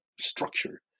structure